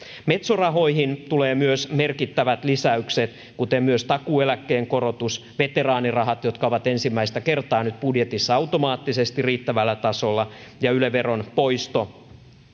metso rahoihin tulee myös merkittävät lisäykset kuten myös takuueläkkeen korotus veteraanirahat jotka ovat ensimmäistä kertaa nyt budjetissa automaattisesti riittävällä tasolla ja yle veron poisto